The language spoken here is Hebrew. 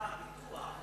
פיתוח,